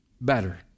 better